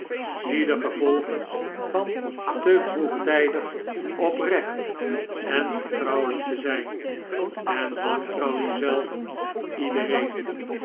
zie de gevolgen van te vroegtijdig oprecht en vertrouwelijk te zijn en wantrouw uzelf en iedereen